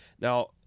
Now